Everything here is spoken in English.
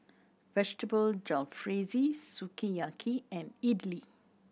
Vegetable Jalfrezi Sukiyaki and Idili